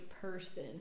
person